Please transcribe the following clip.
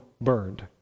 burned